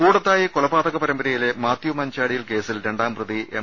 കൂടത്തായി കൊലപാതക പരമ്പരയിലെ മാത്യു മഞ്ചാടിയിൽ കേസിൽ രണ്ടാം പ്രതി എം